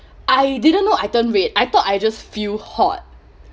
I didn't know I turn red I thought I just feel hot